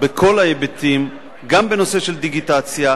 בכל ההיבטים, גם בנושא של דיגיטציה,